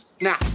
now